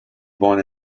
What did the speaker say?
born